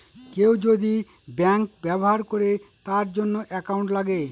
কেউ যদি ব্যাঙ্ক ব্যবহার করে তার জন্য একাউন্ট লাগে